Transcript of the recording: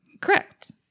Correct